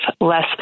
less